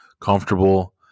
comfortable